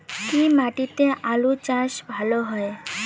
কি মাটিতে আলু চাষ ভালো হয়?